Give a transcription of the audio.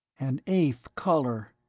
an eighth color,